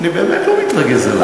אני באמת לא מתרגז עלייך.